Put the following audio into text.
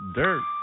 dirt